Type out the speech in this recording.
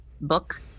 book